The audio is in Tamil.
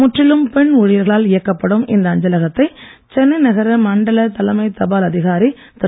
முற்றிலும் பெண் ஊழியர்களால் இயக்கப்படும் இந்த அஞ்சலகத்தை சென்னை நகர மண்டல தலைமை தபால் அதிகாரி திரு